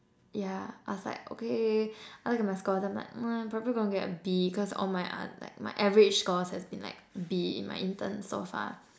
yeah I was like okay I look at my score then I'm like I'm probably going to get B cause all my uh like my average scores has been like B in my intern so far